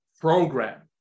program